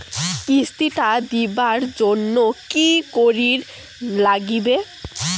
কিস্তি টা দিবার জন্যে কি করির লাগিবে?